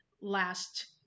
last